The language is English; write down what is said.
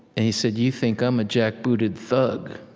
and he said, you think i'm a jackbooted thug.